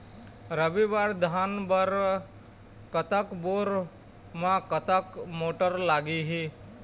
रबी बर धान बर कतक बोर म कतक मोटर लागिही?